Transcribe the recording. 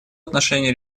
отношении